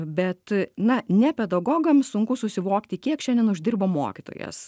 bet na ne pedagogam sunku susivokti kiek šiandien uždirba mokytojas